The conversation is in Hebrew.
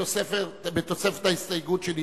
בתוספת ההסתייגות שנתקבלה.